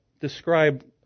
describe